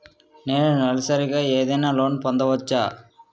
నేను నెలసరిగా ఏదైనా లోన్ పొందవచ్చా?